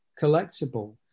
collectible